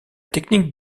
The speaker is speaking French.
technique